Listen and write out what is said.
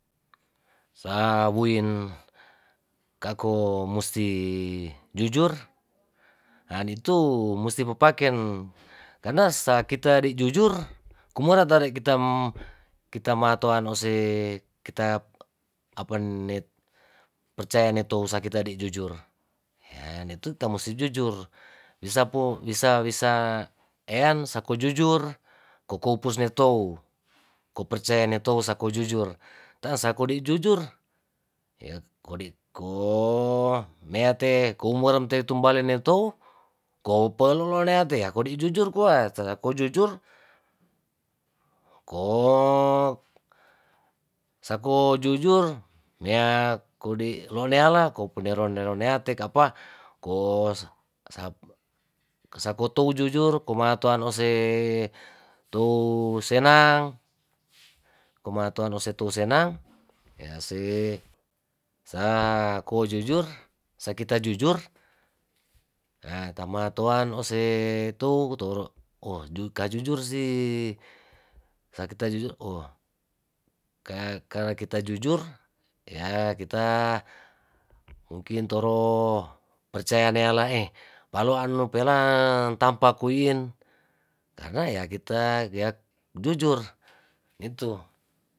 Sauin kako musti jujur, haa itu musti papaken karna sa kita di' jujur kumona tare' kitam kitamo atoan ose kita net percaya netou sa' kitadi jujur. haa netowi' kita musti jujur. wisa po wisa wisa ean sako jujur kokou pus netou ko percaya ne tou sa ko jujur tan sa kou di jujur, yoo kodi' koo meate kumbaren tuwale netou ko peluloneate kodi jujur kuat sada kau jujur. koo sakou jujur mea kodi' loleana kopendi roneatek apa ko, sap sakotou jujur komatuan ose tu senang, komaoan ose tu senang yaa see sa ko jujur sa kita jujur tamatoan ose tou, kutoro' ohh kajujur si sakita jujur ohh ka karna kita jujur ya kita mungkin toro percaya neala'e paloan nupela tampakuwi'in karna ya kita ya jujur itu.